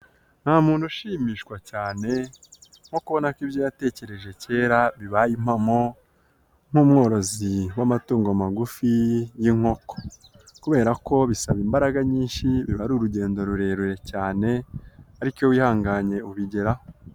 Nta muntu ushimishwa cyane nko kubona ko ibyo yatekereje kera bibaye impamo nk'umworozi w'amatungo magufi y'inkoko kubera ko bisaba imbaraga nyinshi, biba ari urugendo rurerure cyane ariko wihanganye ubigeraho.